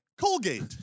Colgate